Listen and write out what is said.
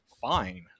fine